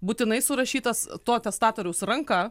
būtinai surašytas to testatoriaus ranka